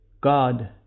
God